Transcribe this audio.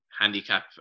handicap